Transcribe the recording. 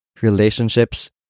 relationships